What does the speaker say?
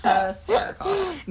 hysterical